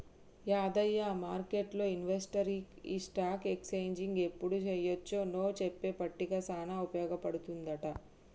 యాదయ్య మార్కెట్లు ఇన్వెస్టర్కి ఈ స్టాక్ ఎక్స్చేంజ్ ఎప్పుడు చెయ్యొచ్చు నో చెప్పే పట్టిక సానా ఉపయోగ పడుతుందంట